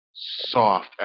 soft